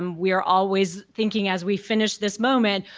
um we are always thinking as we finish this moment,